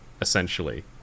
essentially